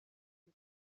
few